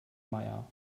meier